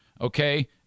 Okay